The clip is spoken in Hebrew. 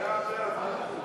הכרה אזרחית בהכשרות